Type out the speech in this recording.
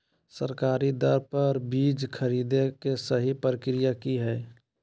सरकारी दर पर बीज खरीदें के सही प्रक्रिया की हय?